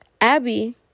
Abby